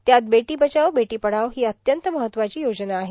त्यात बेटी बचाव बेटी पढाव ही अत्यंत महत्वाची योजना आहे